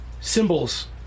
Symbols